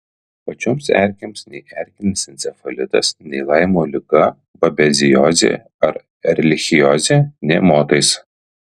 pačioms erkėms nei erkinis encefalitas nei laimo liga babeziozė ar erlichiozė nė motais